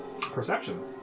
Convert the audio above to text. Perception